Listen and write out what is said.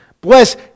Bless